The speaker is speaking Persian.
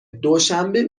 دوشنبه